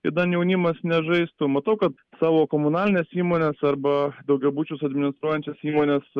idant jaunimas nežaistų matau kad savo komunalines įmones arba daugiabučius administruojančios įmonės